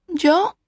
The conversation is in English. Yo